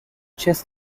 chess